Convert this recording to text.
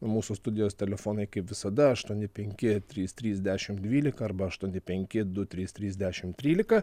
mūsų studijos telefonai kaip visada aštuoni penki trys trys dešim dvylika arba aštuoni penki du trys trys dešim trylika